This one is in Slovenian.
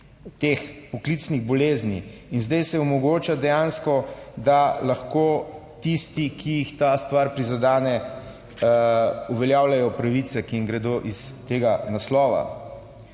teh poklicnih bolezni in zdaj se omogoča dejansko, da lahko tisti, ki jih ta stvar prizadene, uveljavljajo pravice, ki jim gredo iz tega naslova.